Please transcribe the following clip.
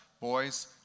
boys